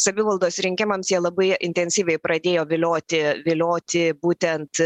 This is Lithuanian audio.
savivaldos rinkimams jie labai intensyviai pradėjo vilioti vilioti būtent